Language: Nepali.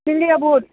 त्यसले अब